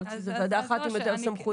יכול להיות שצריך ועדה אחת עם יותר סמכויות.